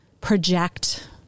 project